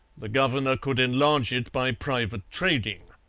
the governor could enlarge it by private trading.